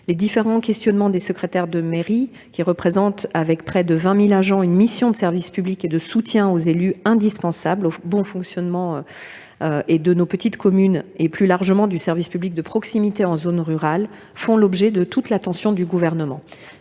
Les différents questionnements des secrétaires de mairie, ces 20 000 agents qui accomplissent une mission de service public et de soutien aux élus indispensable au bon fonctionnement de nos petites communes et plus largement du service public de proximité en zone rurale, font l'objet de toute l'attention du Gouvernement.